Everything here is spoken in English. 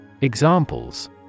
Examples